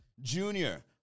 Junior